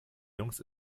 jungs